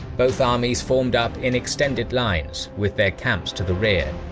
both armies formed up in extended lines with their camps to the rear,